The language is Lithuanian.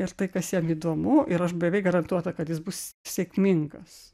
ir tai kas jam įdomu ir aš beveik garantuota kad jis bus sėkmingas